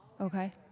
Okay